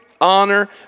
honor